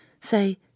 say